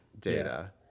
data